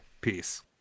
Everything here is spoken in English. Peace